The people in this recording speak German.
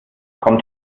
kommt